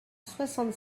soixante